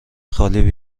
خالیهای